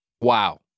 Wow